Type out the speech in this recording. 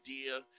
idea